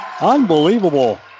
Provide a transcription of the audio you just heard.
Unbelievable